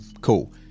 cool